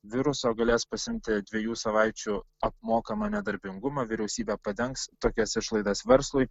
viruso galės pasiimti dviejų savaičių apmokamą nedarbingumą vyriausybė padengs tokias išlaidas verslui